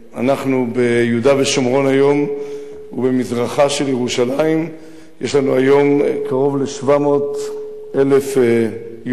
ביהודה ושומרון ובמזרחה של ירושלים יש לנו היום קרוב ל-700,000 יהודים.